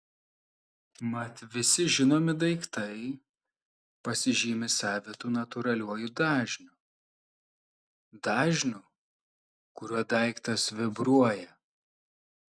mat visi žinomi daiktai pasižymi savitu natūraliuoju dažniu dažniu kuriuo daiktas vibruoja